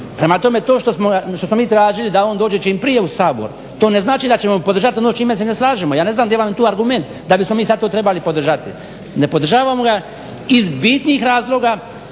Prema tome, to što smo mi tražili da on dođe čim prije u Sabor to ne znači da ćemo podržati ono čime se ne slažemo. Ja ne znam gdje vam je tu argument da bismo mi sad to trebali podržati. Ne podržavamo ga iz bitnih razloga